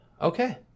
okay